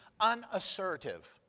unassertive